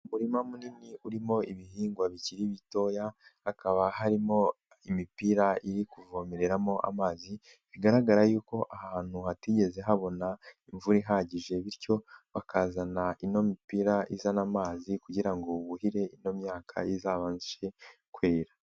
Umurima munini urimo ibihingwa bikiri bitoya hakaba harimo imipira iri kuvomereramo amazi, bigaragara yuko aha hantu hatigeze habona imvura ihagije bityo bakazana ino mipira izana amazi kugira ngo buhire ino myaka izabashe kwera.